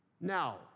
Now